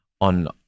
on